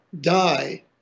die